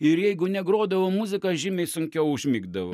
ir jeigu negrodavo muzika žymiai sunkiau užmigdavau